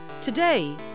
Today